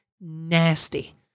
nasty